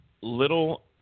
little